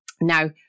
Now